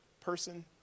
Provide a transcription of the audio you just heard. person